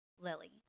Lily